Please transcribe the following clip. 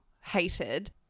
hated